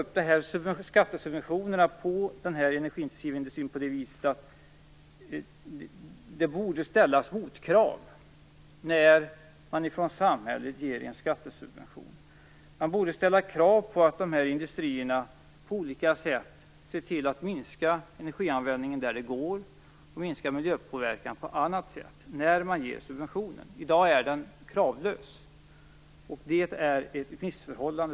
I det här sammanhanget vill jag också ta upp att det borde ställas motkrav när samhället ger skattesubventioner till den energiintensiva industrin. När man ger subventionen borde man ställa krav på att de här industrierna minskar energianvändningen där det går och att de minskar miljöpåverkan på annat sätt. I dag ges den utan krav. Jag anser att det är ett missförhållande.